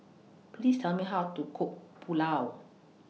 Please Tell Me How to Cook Pulao